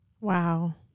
Wow